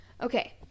Okay